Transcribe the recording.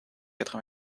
quatre